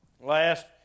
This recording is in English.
last